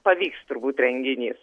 pavyks turbūt renginys